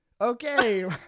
okay